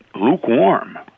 lukewarm